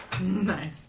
Nice